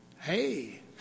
hey